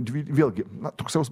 dvi vėlgi toks jausmas